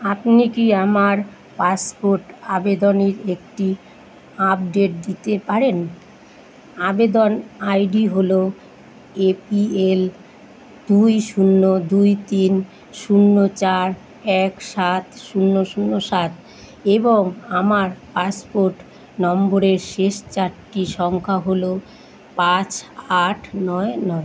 আপনি কি আমার পাসপোর্ট আবেদনের একটি আপডেট দিতে পারেন আবেদন আইডি হলো এপিএল দুই শূন্য দুই তিন শূন্য চার এক সাত শূন্য শূন্য সাত এবং আমার পাসপোর্ট নম্বরের শেষ চারটি সংখ্যা হলো পাঁচ আট নয় নয়